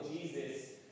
Jesus